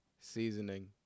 seasoning